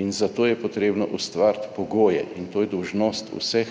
In zato je potrebno ustvariti pogoje in to je dolžnost vseh